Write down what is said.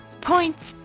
Points